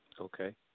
Okay